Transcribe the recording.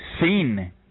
seen